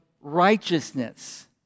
righteousness